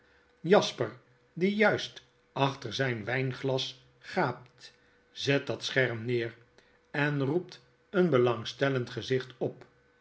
jasper die juist achter zijn wynglas gaapt zet dat scherm neer en roept een belangstellend gezicht op